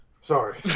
Sorry